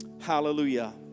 Hallelujah